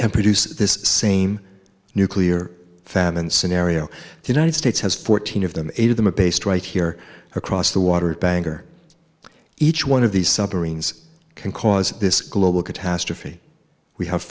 and produces this same nuclear famine scenario the united states has fourteen of them eight of them are based right here across the water at bangor each one of these submarines can cause this global catastrophe we have